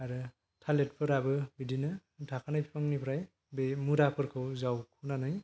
आरो थालिरफोराबो बिदिनो थाखानाय बिफांनिफ्राय मुराफोरखौ जावखुनानै